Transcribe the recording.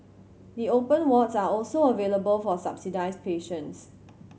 the open wards are also available for subsidised patients